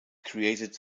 created